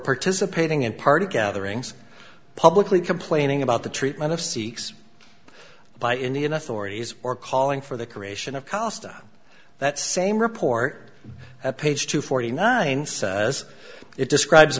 participating in part of gatherings publicly complaining about the treatment of sikhs by indian authorities or calling for the creation of cost that same report at page two forty nine says it describes